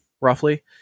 roughly